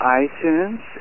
iTunes